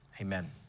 Amen